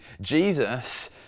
Jesus